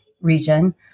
region